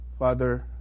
Father